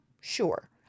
sure